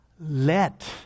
Let